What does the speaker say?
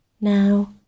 now